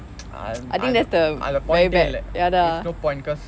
uh அதிலெ:athile point இல்லை:illai there's no point cause